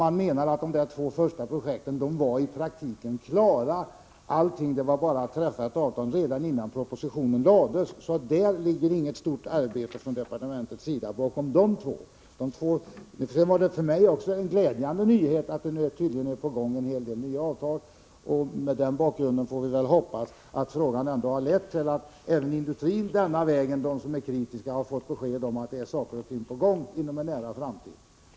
Man menar att de två första projekten i praktiken var klara — det var bara att träffa ett avtal — redan innan propositionen lades fram. Så bakom de två projekten ligger inget stort arbete från departementets sida. Det var för mig en glädjande nyhet att det nu tydligen är på gång en del nya avtal. Mot denna bakgrund får vi hoppas att frågan ändå har lett till att även de inom industrin som är kritiska denna väg har fått besked om att saker och ting kommer att hända inom en nära framtid.